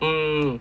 mm